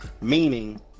meaning